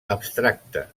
abstracte